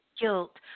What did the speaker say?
guilt